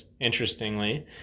interestingly